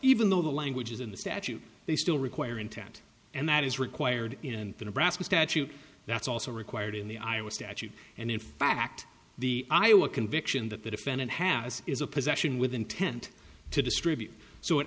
even though the language is in the statute they still require intent and that is required in the nebraska statute that's also required in the iowa statute and in fact the iowa conviction that the defendant has is a possession with intent to distribute so it